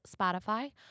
Spotify